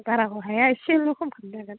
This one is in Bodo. बाराखौ हाया एसेल' खम खालामनो हागोन